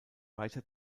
weiter